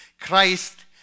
Christ